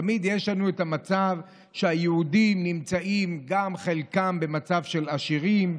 תמיד יש לנו את המצב שהיהודים נמצאים חלקם במצב של עשירים,